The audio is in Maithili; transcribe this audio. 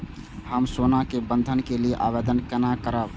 हम सोना के बंधन के लियै आवेदन केना करब?